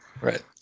Right